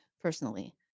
personally